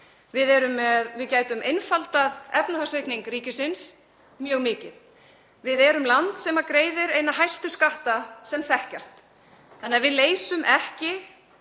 við. Við gætum einfaldað efnahagsreikning ríkisins mjög mikið. Við erum land sem greiðir eina hæstu skatta sem þekkjast þannig að við leysum ekki